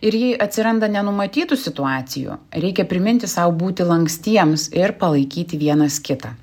ir jei atsiranda nenumatytų situacijų reikia priminti sau būti lankstiems ir palaikyti vienas kitą